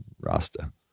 Rasta